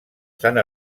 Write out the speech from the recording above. sant